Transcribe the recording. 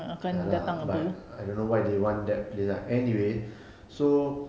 ya lah but I don't know why they want that place lah anyway so